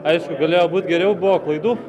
aišku galėjo būt geriau buvo klaidų